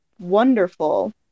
Wonderful